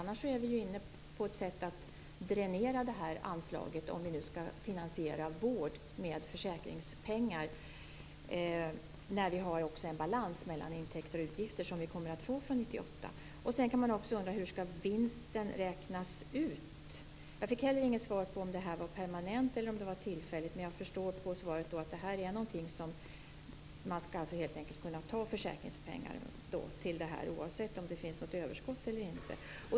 Annars är vi inne på ett sätt att dränera anslaget, om vi skall finansiera vård med försäkringspengar när vi också kommer att få en balans mellan intäkter och utgifter för 1998. Man kan också undra hur vinsten skall räknas ut. Jag fick heller inte svar på om det här var permanent eller tillfälligt. Men jag förstår på svaret att man helt enkelt skall kunna ta försäkringspengar till det här oavsett om det finns något överskott eller inte.